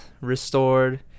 restored